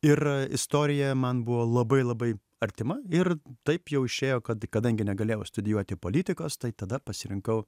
ir istorija man buvo labai labai artima ir taip jau išėjo kad kadangi negalėjau studijuoti politikos tai tada pasirinkau